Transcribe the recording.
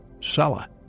Sala